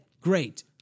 great